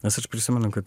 nes aš prisimenu kad